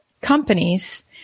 companies